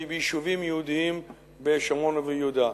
ביישובים יהודיים בשומרון וביהודה.